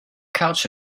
couch